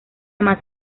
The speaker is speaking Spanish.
más